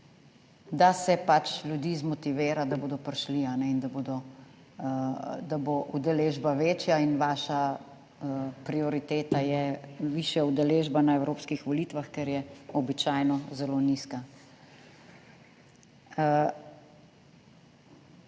da se pač ljudi zmotivira, da bodo prišli in da bo udeležba večja in vaša prioriteta je višja udeležba na evropskih volitvah, ker je običajno zelo nizka.